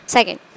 Second